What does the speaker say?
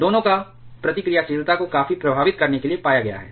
दोनों को प्रतिक्रियाशीलता को काफी प्रभावित करने के लिए पाया गया है